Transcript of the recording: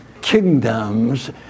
kingdoms